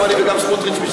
גם אני וגם סמוטריץ,